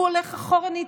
הוא הולך אחורנית,